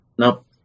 Nope